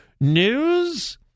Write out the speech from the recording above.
news